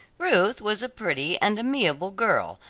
ruth was a pretty and amiable girl,